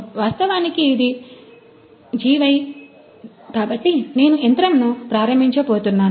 వాస్తవానికి ఇది GY కాబట్టి నేను యంత్రమును ప్రారంభించబోతున్నారు